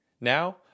Now